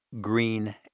green